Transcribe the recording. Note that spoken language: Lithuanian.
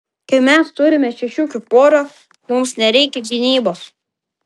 kai mes turime šešiukių porą mums nereikia gynybos